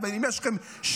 אבל אם יש לכם שנייה,